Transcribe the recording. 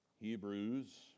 Hebrews